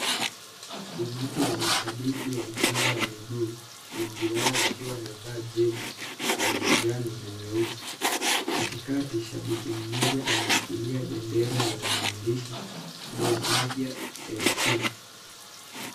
Umati wa mashabiki wa mpira wa mguu, wengi wao wakiwa wamevaa jezi za kijani na nyeupe. Kati kati shabiki mmoja ameshikilia bendera yenye maandishi Gor Mahia FC.